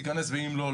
תיכנס ואם לא,